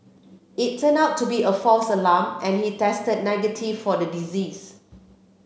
it turned out to be a false alarm and he tested negative for the disease